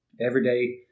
everyday